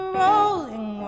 rolling